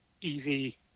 easy